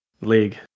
league